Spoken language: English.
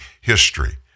history